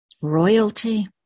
royalty